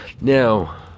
Now